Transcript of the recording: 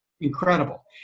incredible